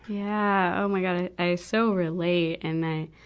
yeah. oh my god, i i so relate. and i,